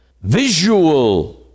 visual